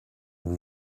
vous